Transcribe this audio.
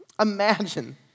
Imagine